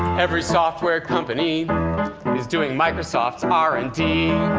every software company is doing microsoft's r and d.